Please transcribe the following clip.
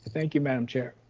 thank you, madam chair.